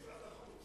משרד החוץ.